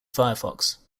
firefox